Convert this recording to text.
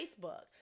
Facebook